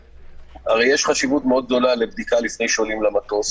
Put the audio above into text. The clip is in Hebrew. הרי יש חשיבות מאוד גדולה לבדיקה לפני שעולים למטוס,